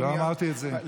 לא אמרתי את זה.